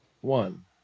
one